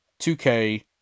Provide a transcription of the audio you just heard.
2K